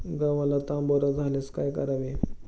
गव्हाला तांबेरा झाल्यास काय करावे?